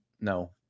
no